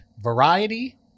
variety